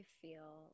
feel